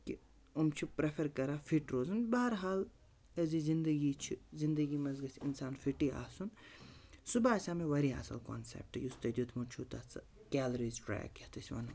کہِ یِم چھِ پرٛیفَر کَران فِٹ روزُن بہرحال أزِچ زندگی چھِ زِندگی منٛز گژھِ اِنسان فِٹٕے آسُن سُہ باسیٛو مےٚ واریاہ اَصٕل کانسیپٹ یُس تۄہہِ دیُٚتمُت چھُو تَتھ سۄ کیلریٖز ٹرٛیک یَتھ أسۍ وَنو